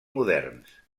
moderns